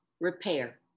repair